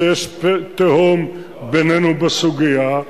ויש תהום בינינו בסוגיה.